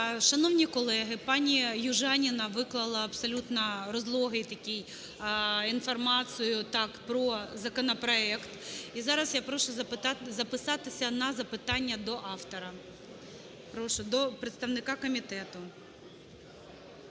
Шановні колеги, пані Южаніна виклала абсолютно розлогий такий інформацію про законопроект. І зараз я прошу записатися на запитання до автора. Прошу. До представника комітету.